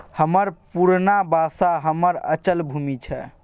हमर पुरना बासा हमर अचल पूंजी छै